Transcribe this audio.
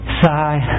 sigh